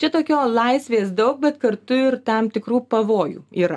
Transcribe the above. čia tokio laisvės daug bet kartu ir tam tikrų pavojų yra